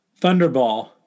Thunderball